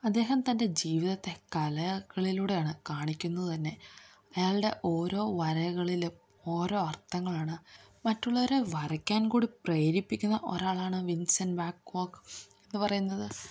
അദ്ദേഹം തന്റെ ജീവിതത്തെ കല കളിയിലൂടെയാണ് കാണിക്കുന്നത് തന്നെ ഓരൊ അയാളുടെ വരകളിലും ഓരോ അർത്ഥങ്ങളാണ് മറ്റുള്ളവരെ വരക്കാൻ കൂടി പ്രേരിപ്പിക്കുന്ന ഒരാളാണ് വിൻസെൻറ്റ് വാൻ ഗോക്ക് എന്നു പറയുന്നത്